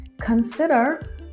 consider